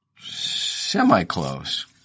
semi-close